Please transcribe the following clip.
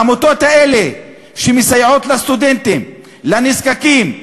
העמותות האלה מסייעות לסטודנטים, לנזקקים,